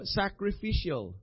sacrificial